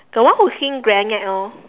the one who sing grenade orh